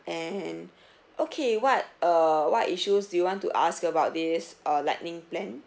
and okay what err what issues do you want to ask about this uh lightning plan